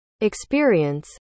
experience